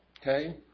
Okay